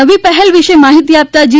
નવી પહેલ વિષે માહિતી આપતા જી